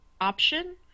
option